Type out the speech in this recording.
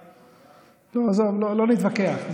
עזוב, לא נתווכח.